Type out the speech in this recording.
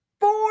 four